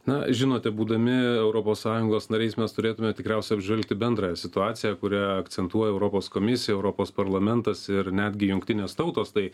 na žinote būdami europos sąjungos nariais mes turėtume tikriausiai apžvelgti bendrą situaciją kurią akcentuoja europos komisija europos parlamentas ir netgi jungtinės tautos tai